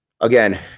again